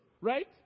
Right